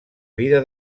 vida